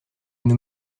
nous